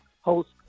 host